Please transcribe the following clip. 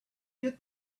get